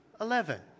eleven